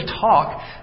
talk